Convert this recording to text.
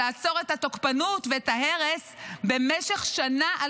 לעצור את התוקפנות ואת ההרס במשך שנה,